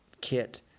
kit